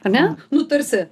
ar ne nu tarsi